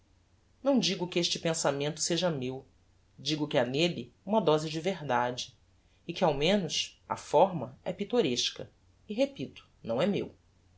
não digo que este pensamento seja meu digo que ha nelle uma dose de verdade e que ao menos a fórma é pittoresca e repito não é meu